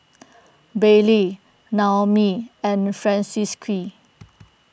Bailey Naomi and Francisqui